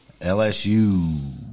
LSU